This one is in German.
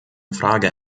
frage